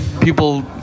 people